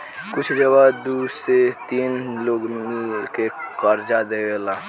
कुछ जगह दू से तीन लोग मिल के कर्जा देवेला